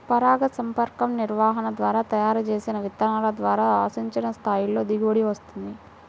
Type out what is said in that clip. పరాగసంపర్క నిర్వహణ ద్వారా తయారు చేసిన విత్తనాల ద్వారా ఆశించిన స్థాయిలో దిగుబడి వస్తుంది